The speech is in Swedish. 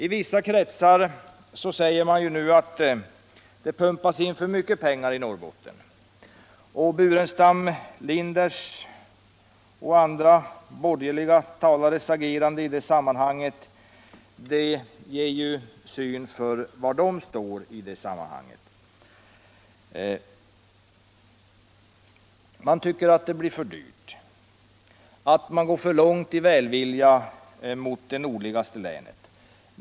I vissa kretsar sägs det nu att man pumpar in för mycket pengar i Norrbotten. Herr Burenstam Linders och andra borgerliga talares agerande i det sammanhanget ger besked om var de står i sammanhanget. De tycker att det blir för dyrt och att man går för långt i välvilja mot det nordligaste länet.